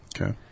Okay